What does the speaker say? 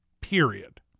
period